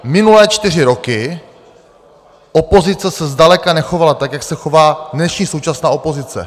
Minulé čtyři roky opozice se zdaleka nechovala tak, jak se chová dnešní současná opozice.